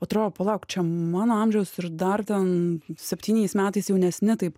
atrodo palauk čia mano amžiaus ir dar ten septyniais metais jaunesni taip